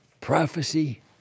Prophecy